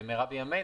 במהרה בימינו,